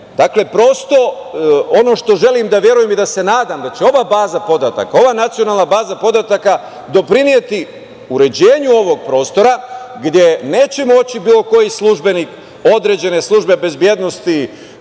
zajednice. Ono što želim da verujem i da se nadam, da će ova baza podataka, ova nacionalna baza podataka doprineti uređenju ovog prostora, gde neće moći bilo koji službenik određene službe bezbednosti